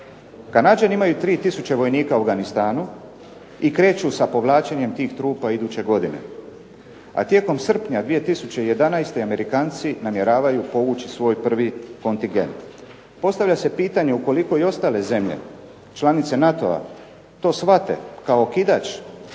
Kanađani imaju 3000 vojnika u Afganistanu i kreću sa povlačenjem tih trupa iduće godine, a tijekom srpnja 2011. Amerikanci namjeravaju povući svoj prvi kontingent. Postavlja se pitanje ukoliko i ostale zemlje članice NATO-a to shvate kao okidač,